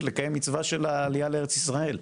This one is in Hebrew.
לקיים את המצווה של העלייה לארץ ישראל,